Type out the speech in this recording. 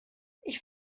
ich